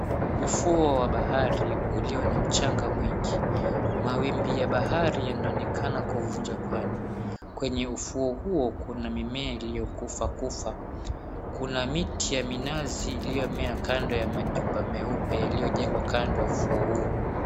Ufuo wa bahari ulio na mchanga mwingi. Mawimbi ya bahari yanaonekana kuvunja kwani, kwenye ufuo huo kuna mimea iliyokufakufa. Kuna miti ya minazi iliyomea kando ya majumba meupe yaliyojengwa kando ya ufuo huo.